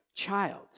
child